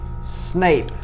Snape